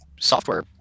software